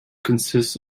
consists